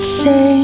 say